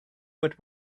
what